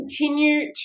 continue